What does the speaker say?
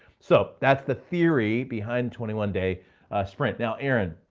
so that's the theory behind twenty one day sprint. now, aaron,